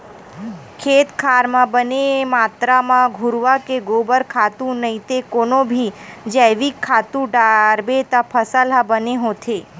खेत खार म बने मातरा म घुरूवा के गोबर खातू नइते कोनो भी जइविक खातू डारबे त फसल ह बने होथे